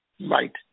Right